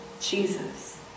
Jesus